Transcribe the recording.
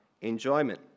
enjoyment